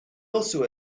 also